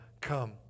come